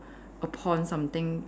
upon something